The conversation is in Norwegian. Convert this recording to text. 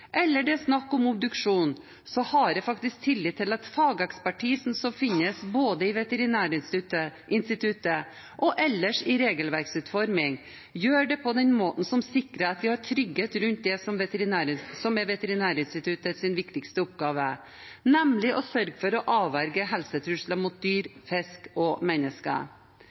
eller det tas histologiske snitt eller det er snakk om obduksjon, har jeg tillit til at fagekspertisen som finnes både i Veterinærinstituttet og ellers i regelverksutforming, gjør det på en måte som sikrer at vi har trygghet rundt det som er Veterinærinstituttets viktigste oppgave, nemlig å sørge for å avverge helsetrusler mot dyr, fisk og mennesker.